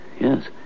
Yes